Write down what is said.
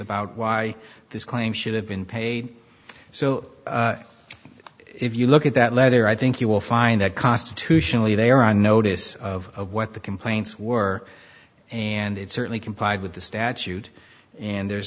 about why this claim should have been paid so if you look at that letter i think you will find that constitutionally they are on notice of what the complaints were and it certainly complied with the statute and there's